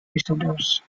disorders